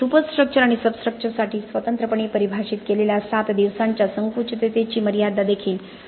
super structure आणि सब स्ट्रक्चरसाठी स्वतंत्रपणे परिभाषित केलेल्या 7 दिवसांच्या संकुचिततेची मर्यादा देखील तपशीलामध्ये आहे